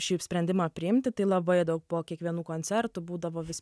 šį sprendimą priimti tai labai daug po kiekvienų koncertų būdavo vis